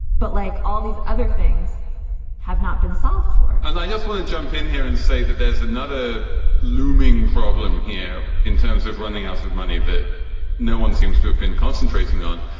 but like all these other things have not been solved for and i just want to jump in here and say that there's another looming problem here in terms of running out of money that no one seems to have been concentrating on.